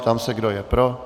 Ptám se, kdo je pro.